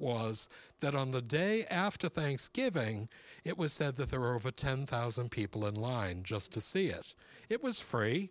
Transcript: was that on the day after thanksgiving it was said that there were of a ten thousand people in line just to see it it was free